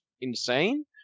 insane